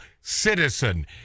citizen